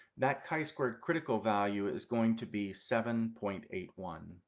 that chi-squared critical value is going to be seven point eight one